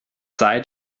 sei